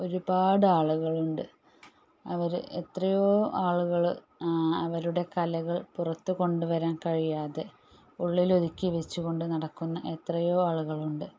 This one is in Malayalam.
ഒരുപാട് ആളുകളുണ്ട് അവർ എത്രയോ ആളുകൾ അവരുടെ കലകൾ പുറത്തുകൊണ്ടുവരാൻ കഴിയാതെ ഉള്ളിലൊതുക്കി വച്ചുകൊണ്ട് നടക്കുന്ന എത്രയോ ആളുകളുണ്ട്